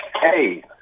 Hey